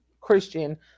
Christian